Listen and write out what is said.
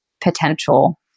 potential